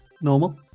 normal